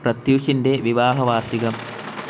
പ്രത്യുഷിന്റെ വിവാഹ വാര്ഷികം